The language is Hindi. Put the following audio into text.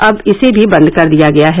अब इसे भी बंद कर दिया गया है